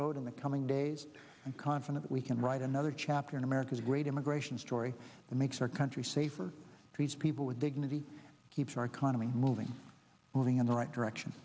road in the coming days i'm confident we can write another chapter in america's great immigration story that makes our country safer these people with dignity keeps our economy moving moving in the right direction